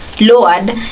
lowered